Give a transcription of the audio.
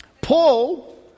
Paul